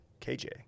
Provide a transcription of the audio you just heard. KJ